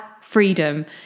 freedom